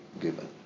given